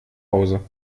hause